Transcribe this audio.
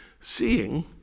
seeing